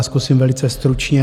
Zkusím velice stručně.